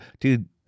Dude